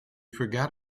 forgot